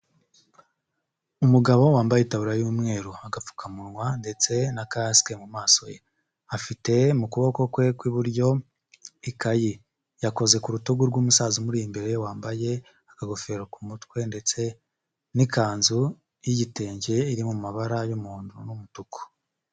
Umugabo wambaye itaburiya y'umweru, agapfukamunwa ndetse na kasike mu maso ye. Afite mu kuboko kwe kw'iburyo ikaye, yakoze ku rutugu rw'umusaza umuri imbere wambaye agagofero ku mutwe ndetse n'ikanzu y'igitenge, iri mu mabara y'umuhondo n'umutuku.